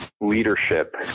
leadership